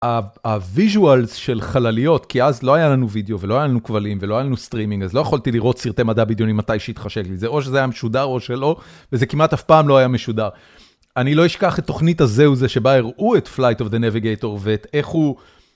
הוויז'ואל של חלליות כי אז לא היה לנו וידאו ולא היה לנו כבלים ולא היה לנו סטרימינג אז לא יכולתי לראות סרטי מדע בדיונים מתי שיתחשק לי או שזה היה משודר או שלא וזה כמעט אף פעם לא היה משודר. אני לא אשכח את תוכנית הזה וזה שבה הראו את פלייט אוף דה נוויגטור ואיך הוא.